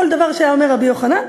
כל דבר שהיה אומר רבי יוחנן,